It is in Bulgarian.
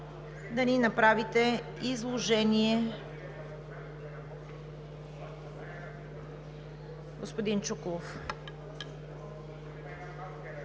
да ни направите изложение, господин Чуколов.